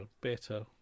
better